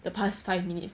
the past five minutes